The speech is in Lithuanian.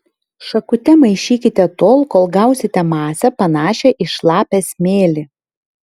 šakute maišykite tol kol gausite masę panašią į šlapią smėlį